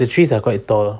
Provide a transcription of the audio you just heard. the trees are quite tall